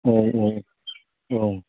औ औ औ